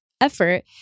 effort